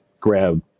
grab